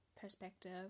perspective